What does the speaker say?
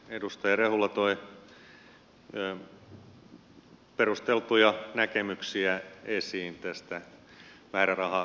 edustaja rehula toi perusteltuja näkemyksiä esiin tästä määrärahasiirrosta